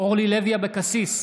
אורלי לוי אבקסיס,